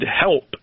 help